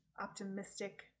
optimistic